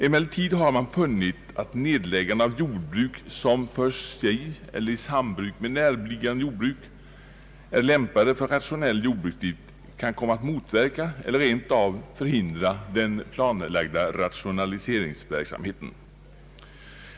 Emellertid har man funnit att nedläggande av jordbruk, som för sig eller i sambruk med närliggande jordbruk är lämpade för rationell jordbruksdrift, kan komma att motverka eller rent av förhindra den planlagda rationaliseringsverksamheten.